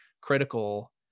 critical